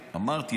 אני אמרתי.